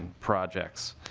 projects.